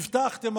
הבטחתם,